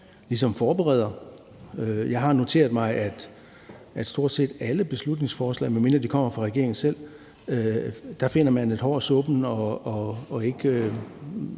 ligesom forbereder. Jeg har noteret mig, at man i stort set alle beslutningsforslag – medmindre de kommer fra regeringen selv – finder et hår i suppen og giver